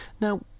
Now